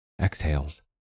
exhales